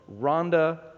Rhonda